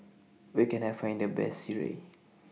Where Can I Find The Best Sireh